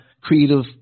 creative